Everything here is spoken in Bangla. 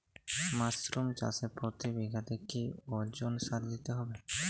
মাসরুম চাষে প্রতি বিঘাতে কি ওজনে সার দিতে হবে?